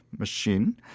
machine